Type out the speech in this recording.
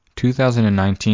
2019